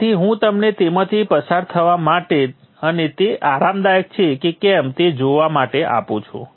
તેથી હું તમને તેમાંથી પસાર થવા માટે અને તે આરામદાયક છે કે કેમ તે જોવા માટે આપું છું